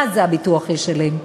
מה זה "הביטוח ישלם"?